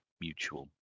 mutual